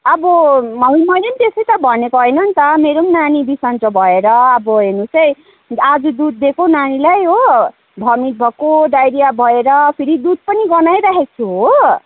अब मैले नि त्यसै त भनेको हैन नि त मेरो पनि नानी बिसन्चो भएर अब हेर्नुहोस् है आज दुध दिएको नानीलाई हो भोमिट भएको डाइरिया भएर फेरी दुध पनि गनाइराखेको थियो हो